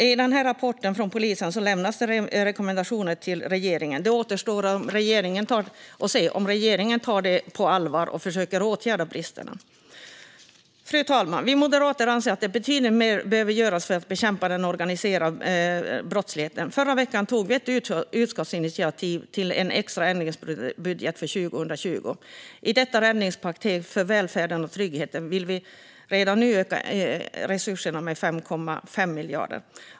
I rapporten från polisen lämnas många rekommendationer till regeringen. Det återstår att se om regeringen tar rapporten på allvar och försöker åtgärda bristerna. Fru talman! Vi moderater anser att betydligt mer behöver göras för att bekämpa den organiserade brottsligheten. I förra veckan tog vi ett utskottsinitiativ till en extra ändringsbudget för 2020. I detta räddningspaket för välfärden och tryggheten vill vi redan nu öka resurserna med 5,5 miljarder.